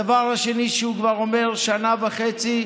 הדבר השני שהוא כבר אומר שנה וחצי,